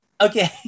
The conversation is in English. Okay